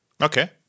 Okay